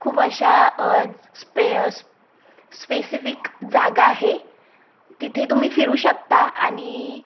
खूप अशा स्पे स् स्पेसिफिक जागा आहे तिथे तुम्ही फिरू शकता आणि